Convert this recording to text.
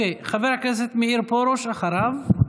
אוקיי, חבר הכנסת מאיר פרוש אחריו.